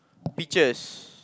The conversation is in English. peaches